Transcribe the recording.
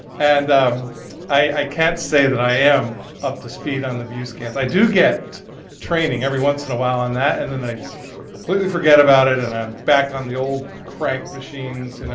and um i can't say that i am up to speed on the view scans. i do get training every once in a while on that, and then i sort of completely forget about it and i'm back on the old crank machines, you know.